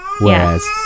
whereas